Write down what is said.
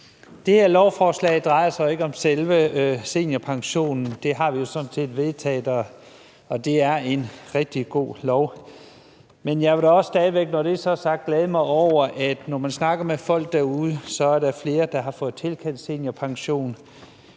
Det her lovforslag drejer sig ikke om selve seniorpensionen – den har vi jo sådan set vedtaget, og det er en rigtig god lov. Men når det er sagt, vil jeg da stadig væk glæde mig over at høre, når man snakker med folk derude, at der er flere, der har fået tilkendt seniorpension.